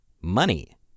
money